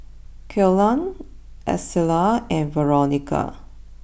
Kellan Estella and Veronica